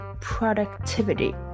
productivity